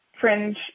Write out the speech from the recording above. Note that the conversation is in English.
fringe